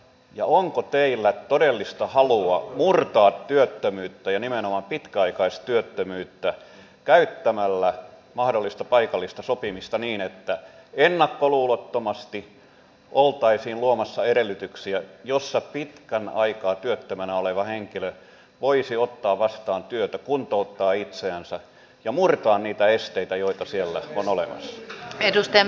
ja onko teillä todellista halua murtaa työttömyyttä ja nimenomaan pitkäaikaistyöttömyyttä käyttämällä mahdollista paikallista sopimista niin että ennakkoluulottomasti oltaisiin luomassa edellytyksiä jossa pitkän aikaa työttömänä oleva henkilö voisi ottaa vastaan työtä kuntouttaa itseänsä ja murtaa niitä esteitä joita siellä on olemassa